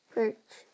Perch